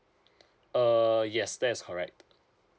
err yes that's correct